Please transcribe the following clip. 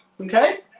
okay